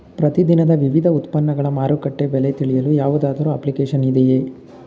ಪ್ರತಿ ದಿನದ ವಿವಿಧ ಉತ್ಪನ್ನಗಳ ಮಾರುಕಟ್ಟೆ ಬೆಲೆ ತಿಳಿಯಲು ಯಾವುದಾದರು ಅಪ್ಲಿಕೇಶನ್ ಇದೆಯೇ?